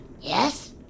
Yes